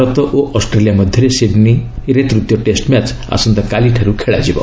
ଭାରତ ଓ ଅଷ୍ଟ୍ରେଲିଆ ମଧ୍ୟରେ ସିଡ୍ନୀ ତୃତୀୟ ଟେଷ୍ଟ ମ୍ୟାଚ୍ ଆସନ୍ତାକାଲିଠାରୁ ଖେଳାଯିବ